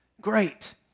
Great